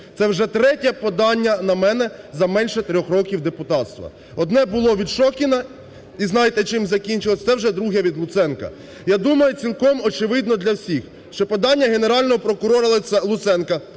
Це вже третє подання на мене на менше трьох років депутатства. Одне було від Шокіна, і знаєте, чим закінчилося, це вже друге від Луценка. Я думаю, цілком очевидно для всіх, що подання Генерального прокурора Луценка